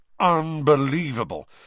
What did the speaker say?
unbelievable